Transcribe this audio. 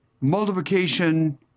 multiplication